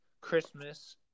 Christmas